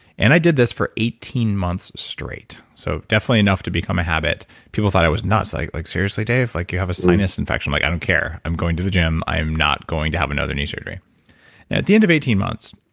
and i did this for eighteen months straight, so definitely enough to become a habit people thought i was nuts. like like seriously, dave? like you have a sinus infection. like i don't care. i'm going to the gym. i'm not going to have another knee surgery. at the end of eighteen months,